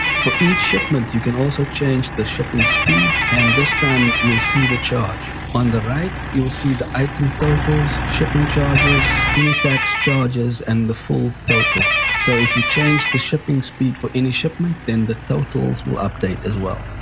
for each shipment you can also change the shipping speed and this time you'll see the charge. on the right you'll see the item totals, shipping charges, any tax charges and the full total so if you change the shipping speed for any shipment then the totals will update as well.